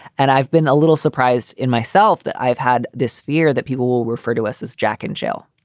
and i've been a little surprised in myself that i've had this fear that people will refer to us as jack and jill.